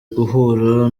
guhura